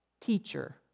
teacher